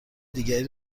دیگری